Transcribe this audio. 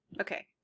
Okay